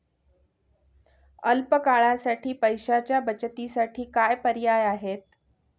अल्प काळासाठी पैशाच्या बचतीसाठी काय पर्याय आहेत?